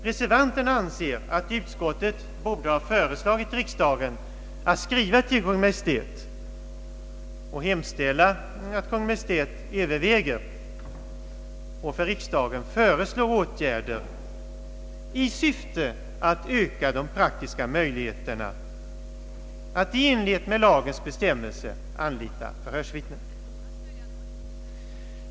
Reservanterna anser att utskottet borde ha föreslagit riksdagen att skriva till Kungl. Maj:t och hemställa, att Kungl. Maj:t överväger och för riksdagen föreslår åtgärder i syfte att öka de praktiska möjligheterna att i enlighet med lagens bestämmelser anlita förhörsvittne.